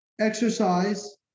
exercise